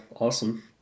awesome